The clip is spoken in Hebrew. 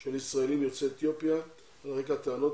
של ישראלים יוצאי אתיופיה על רקע טענות